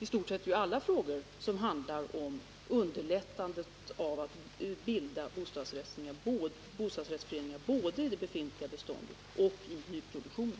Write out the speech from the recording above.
i stort sett alla frågor som handlar om att underlätta bildandet av bostadsrättsföreningar både i det befintliga beståndet och i nyproduktionen.